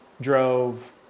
drove